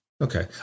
Okay